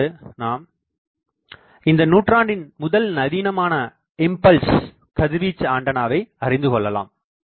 பிற்பாடு நாம் இந்த நூற்றாண்டின் முதல் நவீனமான இம்பல்ஸ் கதிர்வீச்சு ஆண்டனாவை அறிந்து கொள்ளலாம்